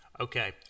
Okay